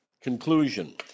Conclusion